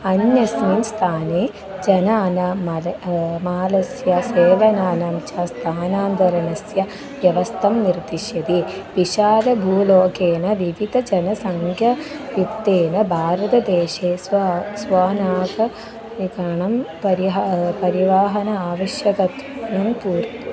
अन्यस्मिन् स्थाने जनानां मलं मलस्य सेवनानां च स्थानान्तरणस्य व्यवस्थां निर्दिशति विशालभूलोकेन विविधजनसङ्घयुक्तेन भारतदेशे स्व स्वनाशविकलनं परिहारः परिवाहनम् आवश्यकत्वं पूर्तिः